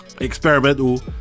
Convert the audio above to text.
experimental